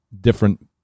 different